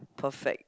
perfect